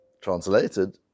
translated